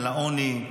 העוני,